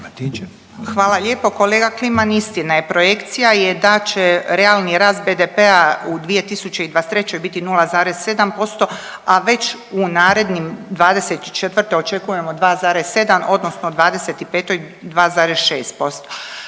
Hvala lijepo. Kolega Kliman, istina je, projekcija je da će realni rast BDP-a u 2023. biti 0,27%, a već u narednim '24. očekujemo 2,7 odnosno '25. 2,6%.